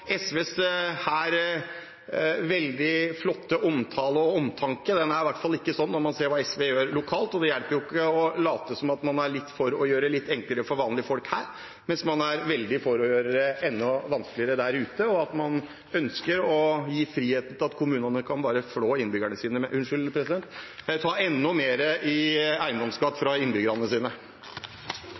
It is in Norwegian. hvert fall ikke sånn når man ser hva SV gjør lokalt. Det hjelper jo ikke å late som at man her er litt for å gjøre det litt enklere for vanlige folk, hvis man er veldig for å gjøre det enda vanskeligere der ute, og at man ønsker å gi frihet til at kommunene bare kan flå innbyggerne sine – unnskyld president: kan ta enda mer i eiendomsskatt fra innbyggerne.